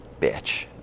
bitch